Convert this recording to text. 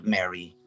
Mary